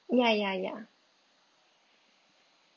ya ya ya